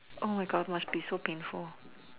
oh my God must be so painful